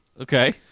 Okay